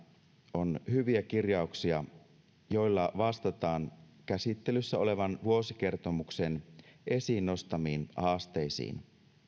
on hyviä kirjauksia joilla vastataan käsittelyssä olevan vuosikertomuksen esiin nostamiin haasteisiin